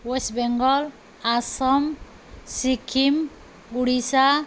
West Bengal Assam Sikkim Odisha